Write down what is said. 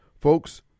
folks